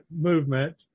movement